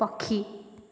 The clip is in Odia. ପକ୍ଷୀ